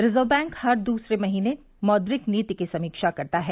reserve bank हर दूसरे महीने मौद्रिक नीति की समीक्षा करता है